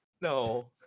No